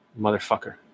Motherfucker